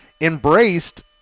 embraced